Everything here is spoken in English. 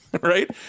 Right